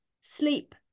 sleep